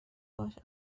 باشه